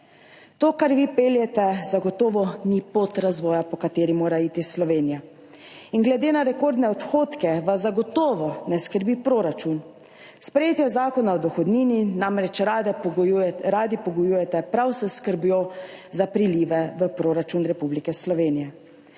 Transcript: To, kar vi peljete, zagotovo ni pot razvoja, po kateri mora iti Slovenija. In glede na rekordne odhodke vas zagotovo ne skrbi proračun. Sprejetje zakona o dohodnini namreč radi pogojujete prav s skrbjo za prilive v proračun Republike Slovenije.